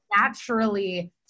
naturally